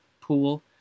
pool